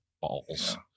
balls